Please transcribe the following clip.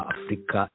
Afrika